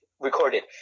Recorded